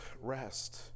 rest